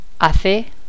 hace